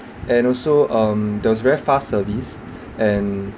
and also um there was very fast service and